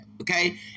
Okay